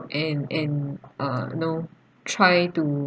and and uh know try to